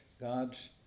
God's